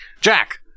Jack